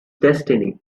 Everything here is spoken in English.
destiny